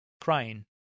crying